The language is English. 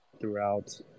throughout